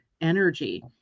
energy